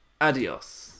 adios